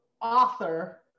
author